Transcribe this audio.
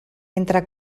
entre